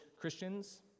Christians